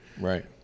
right